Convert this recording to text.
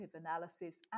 analysis